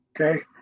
Okay